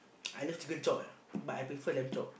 I love chicken chop eh but I prefer lamb chop